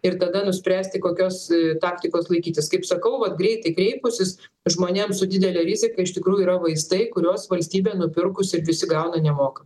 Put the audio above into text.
ir tada nuspręsti kokios taktikos laikytis kaip sakau vat greitai kreipusis žmonėm su didele rizika iš tikrųjų yra vaistai kuriuos valstybė nupirkusi ir visi gauna nemokamai